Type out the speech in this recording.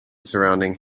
surrounding